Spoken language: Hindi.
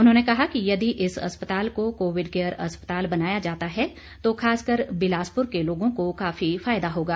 उन्होंने कहा कि यदि इस अस्पताल को कोविड केयर अस्पताल बनाया जाता है तो खासकर बिलासपुर के लोगों को काफी फायदा होगा